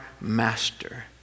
master